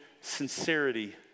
sincerity